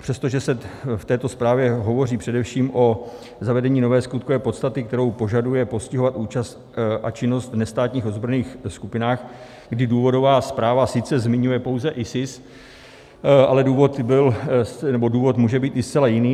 Přestože se v této zprávě hovoří především o zavedení nové skutkové podstaty, kterou požaduje postihovat účast a činnost v nestátních ozbrojených skupinách, kdy důvodová zpráva sice zmiňuje pouze ISIS, ale důvod může být i zcela jiný.